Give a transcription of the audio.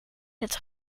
het